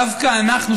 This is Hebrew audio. דווקא אנחנו,